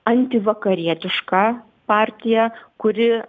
antivakarietiška partija kuri